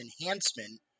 enhancement